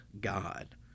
God